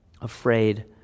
afraid